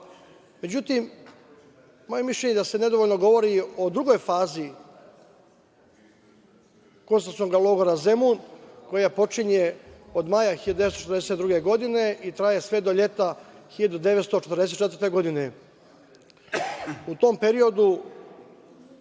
Jevreja.Međutim, moje mišljenje je da se nedovoljno govori o drugoj fazi koncentracionog logora Zemun koja počinje od maja 1942. godine i traje sve do leta 1944. godine.